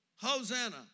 Hosanna